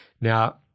Now